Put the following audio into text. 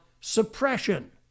suppression